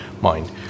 mind